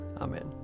Amen